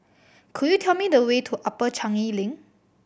could you tell me the way to Upper Changi Link